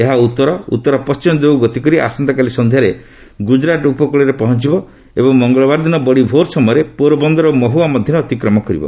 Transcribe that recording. ଏହା ଉତ୍ତର ଉତ୍ତର ପଣ୍ଟିମ ଦିଗକୁ ଗତିକରି ଆସନ୍ତାକାଲି ସନ୍ଧ୍ୟାରେ ଗୁଜୁରାଟ ଉପକୂଳରେ ପହଞ୍ଚବ ଏବଂ ମଙ୍ଗଳବାର ଦିନ ବଡ଼ି ଭୋର୍ ସମୟରେ ପୋର୍ବନ୍ଦର ଓ ମହୁଆ ମଧ୍ୟରେ ଅତିକ୍ରମ କରିବ